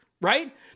right